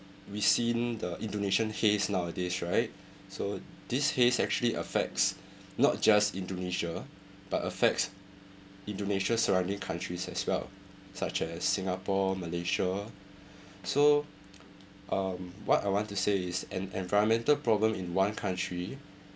we seen the indonesian haze nowadays right so this haze actually affects not just indonesia but affects indonesia's surrounding countries as well such as singapore malaysia so um what I want to say is an environmental problem in one country